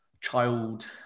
child